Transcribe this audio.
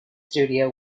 studio